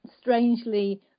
strangely